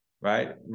right